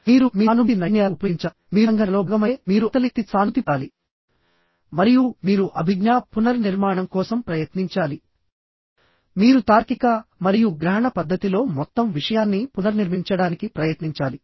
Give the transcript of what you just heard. మీరు మీ సానుభూతి నైపుణ్యాలను ఉపయోగించాలి మీరు సంఘర్షణలో భాగమైతే మీరు అవతలి వ్యక్తితో సానుభూతి పొందాలి మరియు మీరు అభిజ్ఞా పునర్నిర్మాణం కోసం ప్రయత్నించాలిమీరు తార్కిక మరియు గ్రహణ పద్ధతిలో మొత్తం విషయాన్ని పునర్నిర్మించడానికి ప్రయత్నించాలి